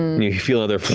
you feel another